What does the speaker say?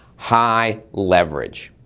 high leverage.